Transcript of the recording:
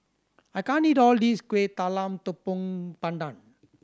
I can't eat all of this Kuih Talam Tepong Pandan